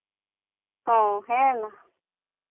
ᱦᱮᱸ ᱦᱮᱸ ᱢᱟ